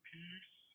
Peace